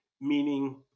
meaning